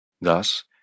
Thus